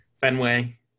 Fenway